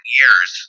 years